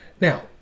Now